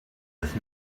with